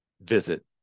visit